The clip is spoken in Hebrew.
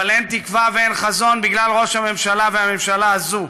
אבל אין תקווה ואין חזון בגלל ראש הממשלה והממשלה הזו.